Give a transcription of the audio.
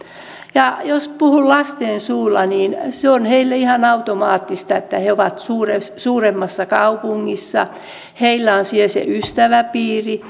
ja jos puhun lasten suulla niin heille se on ihan automaattista että he ovat suuremmassa suuremmassa kaupungissa heillä on siellä se ystäväpiiri